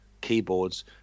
keyboards